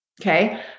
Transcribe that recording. Okay